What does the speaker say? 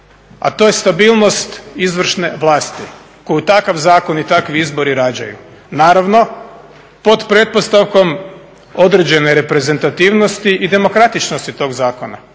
a to je stabilnost izvršne vlasti koju takav zakon i takvi izbori rađaju. Naravno, pod pretpostavkom određene reprezentativnosti i demokratičnosti tog zakona.